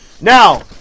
Now